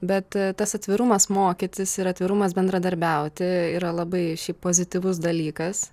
bet tas atvirumas mokytis ir atvirumas bendradarbiauti yra labai šiaip pozityvus dalykas